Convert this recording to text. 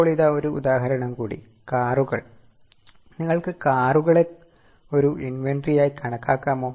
ഇപ്പോൾ ഇതാ ഒരു ഉദാഹരണം കൂടി കാറുകൾ നിങ്ങൾക്ക് കാറുകളെ ഒരു ഇന്വെന്ററി ആയി കണക്കാക്കാമോ